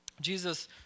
Jesus